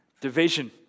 Division